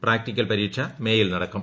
practical പരീക്ഷ മേയിൽ നടക്കും